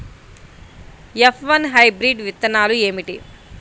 F one hybrid విత్తనాలు ఏమిటి?